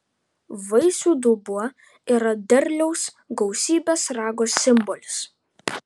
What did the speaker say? vaisių dubuo yra derliaus gausybės rago simbolis